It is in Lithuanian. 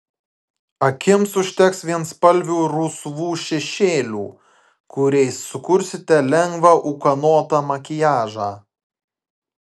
akims užteks vienspalvių rusvų šešėlių kuriais sukursite lengvą ūkanotą makiažą